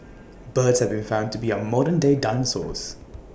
birds have been found to be our modernday dinosaurs